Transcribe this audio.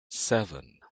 seven